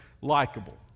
likable